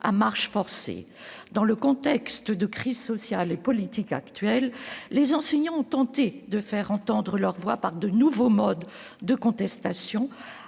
à marche forcée. Dans le contexte de crise sociale et politique actuel, les enseignants ont tenté de faire entendre leur voix par de nouveaux modes de contestation,